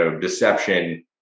deception